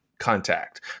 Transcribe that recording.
Contact